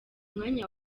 mwanya